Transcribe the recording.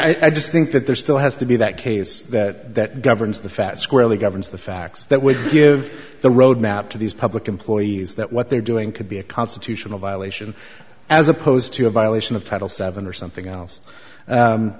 yeah i just think that there still has to be that case that governs the fact squarely governs the facts that would give the roadmap to these public employees that what they're doing could be a constitutional violation as opposed to a violation of title seven or something else